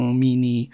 mini